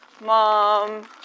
Mom